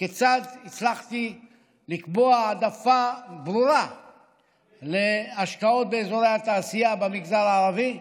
כיצד הצלחתי לקבוע העדפה ברורה להשקעות באזורי התעשייה במגזר הערבי.